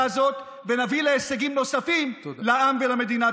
הזאת ונביא להישגים נוספים לעם ולמדינה.